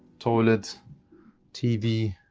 toilet tv